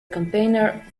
campaigner